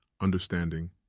understanding